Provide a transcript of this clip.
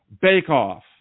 bake-off